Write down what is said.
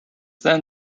then